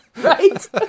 Right